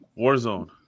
Warzone